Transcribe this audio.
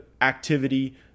activity